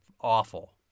awful